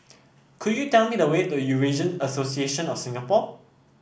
could you tell me the way to Eurasian Association of Singapore